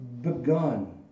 begun